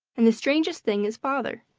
and the strangest thing is father.